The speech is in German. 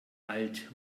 alt